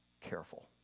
careful